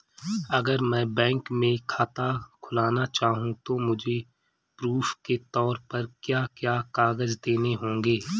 अगर मैं बैंक में खाता खुलाना चाहूं तो मुझे प्रूफ़ के तौर पर क्या क्या कागज़ देने होंगे?